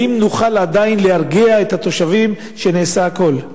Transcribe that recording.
האם נוכל עדיין להרגיע את התושבים שנעשה הכול?